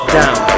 down